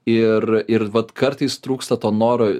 ir ir vat kartais trūksta to noro